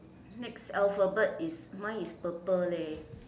next alphabet is mine is purple leh